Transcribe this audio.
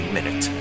Minute